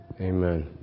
Amen